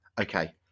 Okay